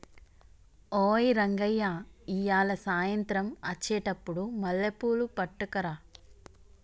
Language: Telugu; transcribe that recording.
ఓయ్ రంగయ్య ఇయ్యాల సాయంత్రం అచ్చెటప్పుడు మల్లెపూలు పట్టుకరా